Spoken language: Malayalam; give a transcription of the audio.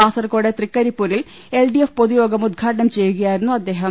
കാസർക്കോട് തൃക്കരി പ്പൂരിൽ എൽ ഡി എഫ് പൊതുയോഗം ഉദ്ഘാടനം ചെയ്യുകയാ യിരുന്നു അദ്ദേഹം